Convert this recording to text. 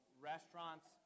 restaurants